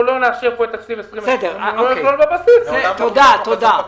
לא נאשר את תקציב 2020 אם זה לא ייכלל